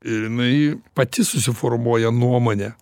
ir jinai pati susiformuoja nuomonę